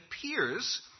appears